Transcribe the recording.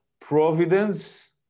providence